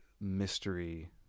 mystery